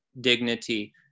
dignity